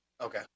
okay